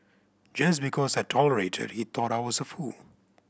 just because I tolerated he thought I was a fool